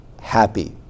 happy